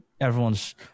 everyone's